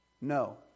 no